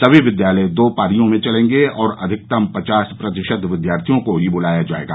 सभी विद्यालय दो पालियों में चलेंगे और अधिकतम पचास प्रतिशत विद्यार्थियों को ही बुलाया जायेगा